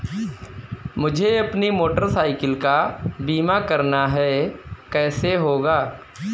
मुझे अपनी motorcycle का बीमा करना है कैसे होगा?